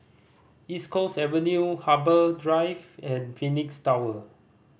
East Coast Avenue Harbour Drive and Phoenix Tower